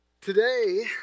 Today